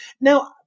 Now